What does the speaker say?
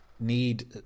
Need